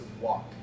walk